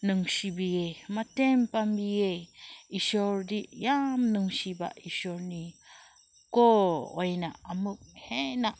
ꯅꯨꯡꯁꯤꯕꯤꯌꯦ ꯃꯇꯦꯡ ꯄꯥꯡꯕꯤꯌꯦ ꯏꯁꯣꯔꯗꯤ ꯌꯥꯝ ꯅꯨꯡꯁꯤꯕ ꯏꯁꯣꯔꯅꯤꯀꯣ ꯑꯣꯏꯅ ꯑꯃꯨꯛ ꯍꯦꯟꯅ